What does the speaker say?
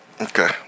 Okay